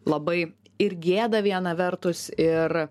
labai ir gėda viena vertus ir